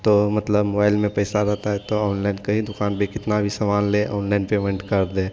तो मतलब मोआईल में पैसा रहता है तो ऑनलाइन कहीं दुकान पे कितना भी समान लें ऑनलाइन पेमेंट कर दें